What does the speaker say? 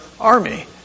army